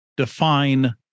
Define